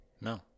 No